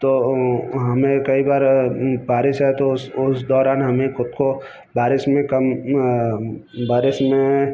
तो हमें कई बार बारिश आए तो उस उस दौरान हमें खुद को बारिश में कम बारिश में